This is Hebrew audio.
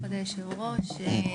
כבוד היושב ראש,